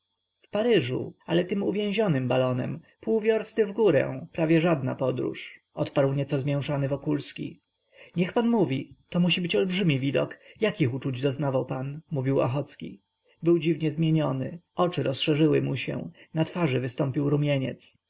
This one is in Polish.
w paryżu ale tym uwięzionym balonem pół wiorsty wgórę prawie żadna podróż odparł nieco zmięszany wokulski niech pan mówi to musi być olbrzymi widok jakich uczuć doznawał pan mówił ochocki był dziwnie zmieniony oczy rozszerzyły mu się na twarz wystąpił